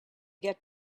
get